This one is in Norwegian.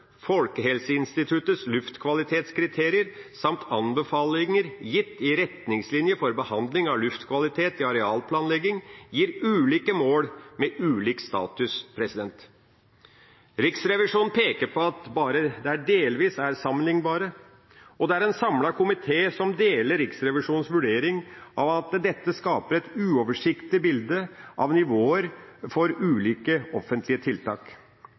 Folkehelseinstituttets luftkvalitetskriterier samt anbefalinger gitt i Retningslinje for behandling av luftkvalitet i arealplanlegging, gir ulike mål med ulik status. Riksrevisjonen peker på at de bare delvis er sammenlignbare, og det er en samlet komité som deler Riksrevisjonens vurdering av at dette skaper et uoversiktlig bilde av nivåer for ulike offentlige tiltak.